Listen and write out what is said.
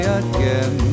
again